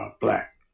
black